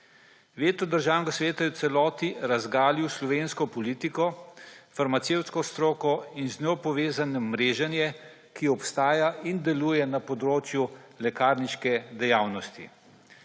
Veto Državnega sveta je v celoti razgalil slovensko politiko, farmacevtsko stroko in z njo povezano mreženje, ki obstaja in deluje na področju lekarniške dejavnosti.